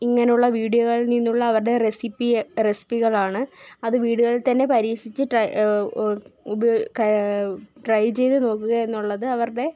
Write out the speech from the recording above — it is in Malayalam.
ഇങ്ങനെയുള്ള വിഡിയോകൾ നിന്നുള്ള അവരുടെ റെസിപ്പിയെ റെസിപ്പികളാണ് അത് വിഡിയോയിൽത്തന്നെ പരീക്ഷിച്ച് ട്രൈ ഉപയോഗിച്ച് ട്രൈ ചെയ്ത് നോക്കുക എന്നുള്ളത് അവരുടെ